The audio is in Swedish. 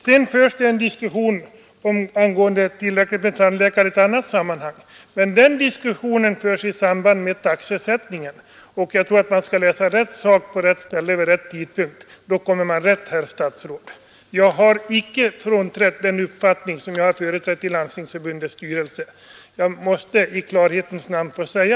Sedan förs det en diskussion beträffande tillräckligt antal tandläkare i 101 ett annat sammanhang, nämligen i samband med taxesättningen, och jag tror att man skall läsa rätt sak på rätt ställe vid rätt tidpunkt — då kommer man rätt, herr statsråd. Jag har icke frånträtt den uppfattning jag har företrätt i Landstingsförbundets styrelse. Detta måste jag i klarhetens namn få säga.